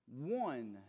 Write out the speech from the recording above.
one